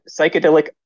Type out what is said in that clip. psychedelic